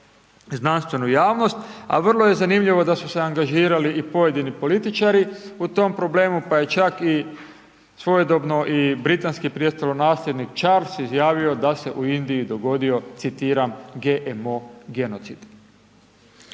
znanstvenu javnost, a vrlo je zanimljivo da su se angažirali i pojedini političari u tom problemu, pa je čak i svojedobno i britanski prestolonasljednik Charls izjavio da se u Indiji dogodio, citiram GMO genocid.